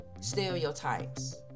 stereotypes